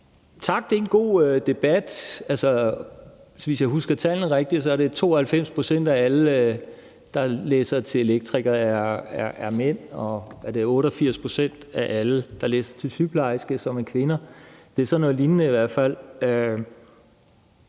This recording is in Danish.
Tak. Det er en god debat. Hvis jeg husker tallene rigtigt, er det 92 pct. af alle, der læser til elektriker, der er mænd, og 88 pct. af alle, der læser til sygeplejerske, som er kvinder, mener jeg. Det er i hvert fald